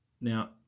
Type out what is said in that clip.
Now